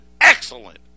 excellent